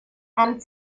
and